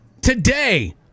Today